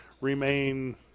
remain